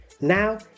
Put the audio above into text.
Now